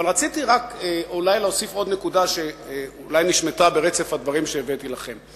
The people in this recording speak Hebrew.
אבל רציתי להוסיף עוד נקודה שאולי נשמטה ברצף הדברים שהבאתי לפניכם.